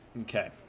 Okay